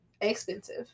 expensive